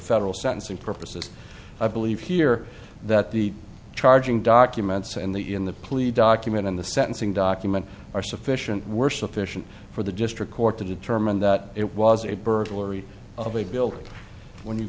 federal sentencing purposes i believe here that the charging documents and the in the plea document in the sentencing document are sufficient were sufficient for the district court to determine that it was a burglary of a